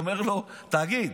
ואומר לו: תגיד,